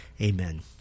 Amen